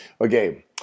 Okay